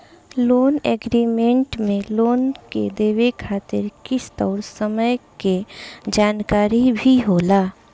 loan agreement में loan के देवे खातिर किस्त अउर समय के जानकारी भी होला